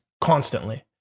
constantly